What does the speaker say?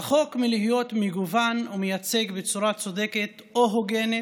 רחוק מלהיות מגוון ומייצג בצורה צודקת או הוגנת,